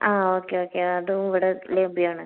ആ okay okay അതും ഇവിടെ ലഭ്യമാണ്